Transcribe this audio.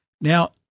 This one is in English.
Now